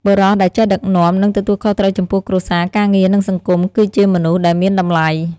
បុរសដែលចេះដឹកនាំ និងទទួលខុសត្រូវចំពោះគ្រួសារ ការងារ និងសង្គម គឺជាមនុស្សដែលមានតម្លៃ។